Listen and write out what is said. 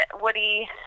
Woody